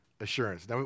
assurance